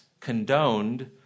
condoned